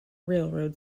railway